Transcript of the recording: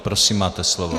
Prosím, máte slovo.